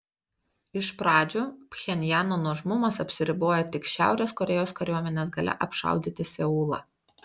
iš pradžių pchenjano nuožmumas apsiribojo tik šiaurės korėjos kariuomenės galia apšaudyti seulą